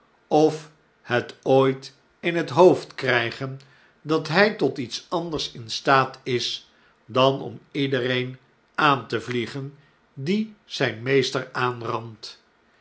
of het ooit in het hoofd krygen dat hij tot iets anders in staat is dan om iedereen aan te vliegen die zyn meester aanrandt